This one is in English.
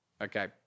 Okay